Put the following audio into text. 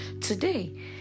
Today